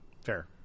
fair